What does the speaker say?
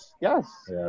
Yes